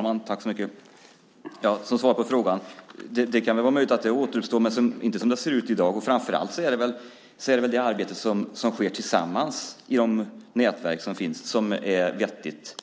Herr talman! Som svar på frågan kan jag säga att det är möjligt att det återuppstår, men inte som det ser ut i dag. Framför allt är det väl det arbete som sker i de nätverk som finns som det är vettigt